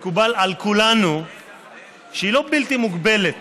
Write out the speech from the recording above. מקובל על כולנו שהיא לא בלתי מוגבלת,